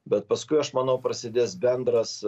bet paskui aš manau prasidės bendras